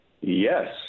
Yes